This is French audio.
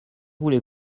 voulez